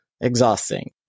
exhausting